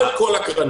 לא את כל הקרנות.